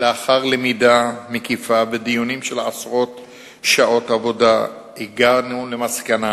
לאחר למידה מקיפה ודיונים של עשרות שעות עבודה הגענו למסקנה